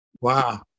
Wow